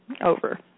over